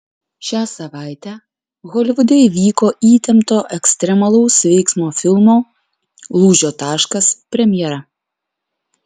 šią savaitę holivude įvyko įtempto ekstremalaus veiksmo filmo lūžio taškas premjera